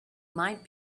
might